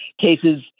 cases